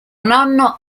nonno